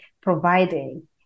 providing